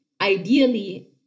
Ideally